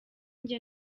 njye